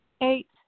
eight